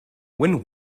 when